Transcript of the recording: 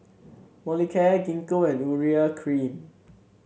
Molicare Gingko and Urea Cream